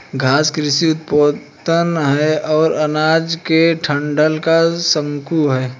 घास कृषि उपोत्पाद है और अनाज के डंठल का शंकु है